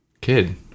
Kid